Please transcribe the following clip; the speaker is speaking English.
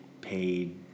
paid